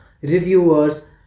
reviewers